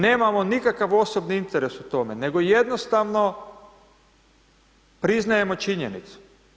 Nemamo nikakav osobni interes u tome nego jednostavno priznajemo činjenice.